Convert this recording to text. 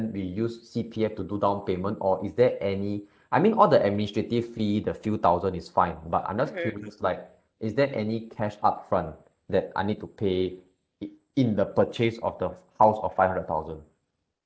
we use C_P_F to do down payment or is there any I mean all the administrative fee the few thousand is fine but I'm just curious like is there any cash upfront that I need to pay it it in the purchase of the house of five hundred thousand